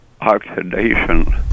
oxidation